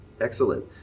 Excellent